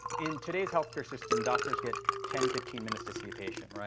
in today's health care system, doctors get ten, fifteen minutes to see a patient.